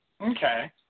Okay